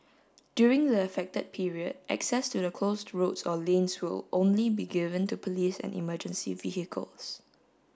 during the affected period access to the closed roads or lanes will only be given to police and emergency vehicles